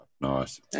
Nice